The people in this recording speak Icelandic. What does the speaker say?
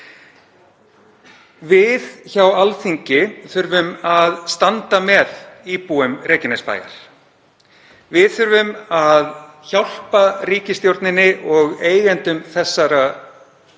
Við hjá Alþingi þurfum að standa með íbúum Reykjanesbæjar. Við þurfum að hjálpa ríkisstjórninni og eigendum þessarar